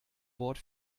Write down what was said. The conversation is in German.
wort